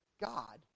God